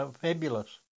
fabulous